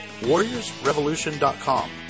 warriorsrevolution.com